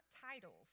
titles